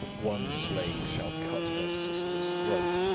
one slave shall cut her sister's throat,